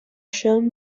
shown